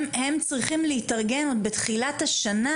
הם צריכים להתארגן עוד בתחילת השנה